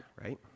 right